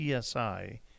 PSI